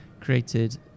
created